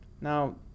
Now